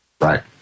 Right